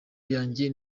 yanjye